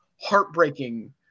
heartbreaking